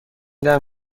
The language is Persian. دهم